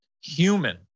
human